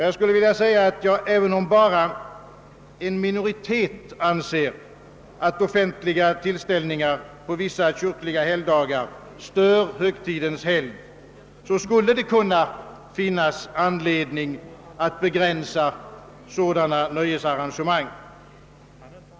Jag skulle vilja säga, att även om bara en minoritet anser, att offentliga tillställningar på vissa kyrkliga helgdagar stör högtidens helgd, skulle det finnås anledning att begränsa sådana nöjesarrangemang.